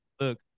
Look